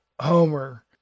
Homer